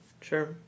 Sure